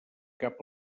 cap